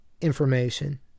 information